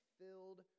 filled